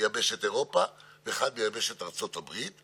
הייתי מבקש אפילו שגם בבית המשפט